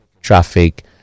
traffic